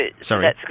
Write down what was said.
Sorry